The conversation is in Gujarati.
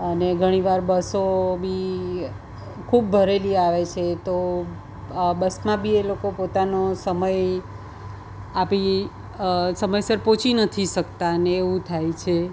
અને ઘણીવાર બસો બી ખૂબ ભરેલી આવે છે તો આ બસમાં બી એ લોકો પોતાનો સમય આપી સમયસર પહોંચી નથી શકતા ને એવું થાય છે